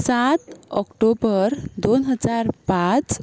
सात ऑक्टोबर दोन हजार पांच